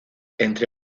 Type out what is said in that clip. entre